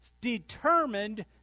determined